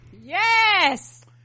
Yes